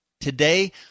Today